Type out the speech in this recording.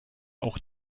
auch